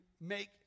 make